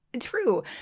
True